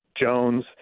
Jones